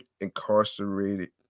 Incarcerated